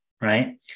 right